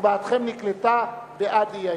הצבעתכם נקלטה בעד האי-אמון.